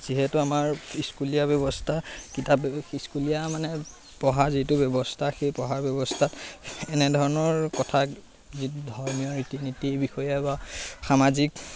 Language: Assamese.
যিহেতু আমাৰ স্কুলীয়া ব্যৱস্থা কিতাপ স্কুলীয়া মানে পঢ়া যিটো ব্যৱস্থা সেই পঢ়াৰ ব্যৱস্থাত এনেধৰণৰ কথা যি ধৰ্মীয় ৰীতি নীতিৰ বিষয়ে বা সামাজিক